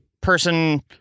person